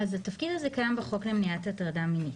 אז התפקיד הזה קיים בחוק למניעת הטרדה מינית.